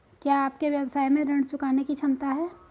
क्या आपके व्यवसाय में ऋण चुकाने की क्षमता है?